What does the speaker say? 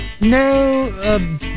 No